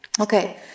Okay